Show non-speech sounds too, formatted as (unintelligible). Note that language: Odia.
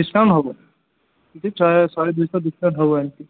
ଡିସ୍କାଉଣ୍ଟ ହବ (unintelligible) ଶହେ ଦୁଇଶହ ଡିସ୍କାଉଣ୍ଟ ହବ ଏମିତି